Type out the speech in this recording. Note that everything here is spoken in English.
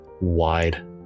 wide